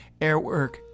Airwork